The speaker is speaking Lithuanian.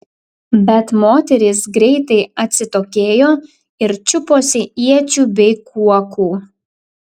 bet moterys greitai atsitokėjo ir čiuposi iečių bei kuokų